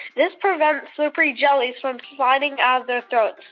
this prevents slippery jellies from sliding out of their throats.